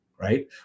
right